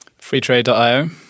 FreeTrade.io